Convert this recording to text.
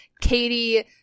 Katie